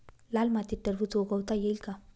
लाल मातीत टरबूज उगवता येईल का?